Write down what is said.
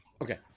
Okay